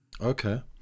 Okay